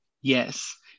yes